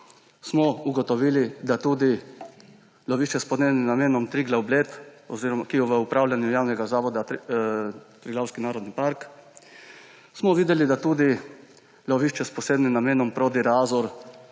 namenom, tudi lovišče s posebnim namenom Triglav Bled, ki je v upravljanju javnega zavoda Triglavski narodni park, smo videli, da se tudi lovišče s posebnim namenom Prodi-Razor